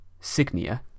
Signia